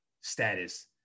status